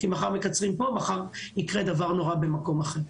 כי מחר מקצרים פה ומחר יקרה דבר נורא במקום אחר.